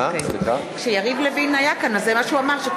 (קוראת בשמות חברי הכנסת) עבדאללה אבו מערוף,